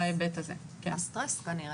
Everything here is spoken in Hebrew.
זה הסטרס כנראה.